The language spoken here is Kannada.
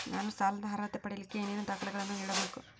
ನಾನು ಸಾಲದ ಅರ್ಹತೆ ಪಡಿಲಿಕ್ಕೆ ಏನೇನು ದಾಖಲೆಗಳನ್ನ ನೇಡಬೇಕು?